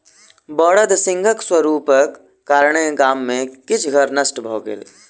बड़दक हिंसक स्वरूपक कारणेँ गाम में किछ घर नष्ट भ गेल